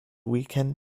weekend